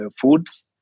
foods